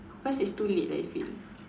cause it's too late I feel